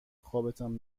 خوابتم